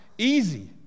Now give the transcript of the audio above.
easy